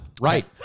right